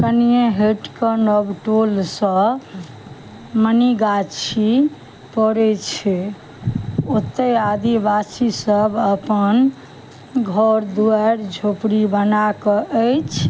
कनिये हटि कऽ नवटोलसँ मनिगाछी पड़ै छै ओतय आदिवासी सभ अपन घर दुआरि झोपड़ी बनाकऽ अछि